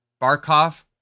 Barkov